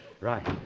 right